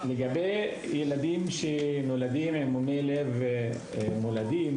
לגבי ילדים שנולדים עם מומי לב מולדים